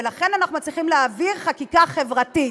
ולכן אנחנו מצליחים להעביר חקיקה חברתית.